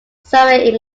surrey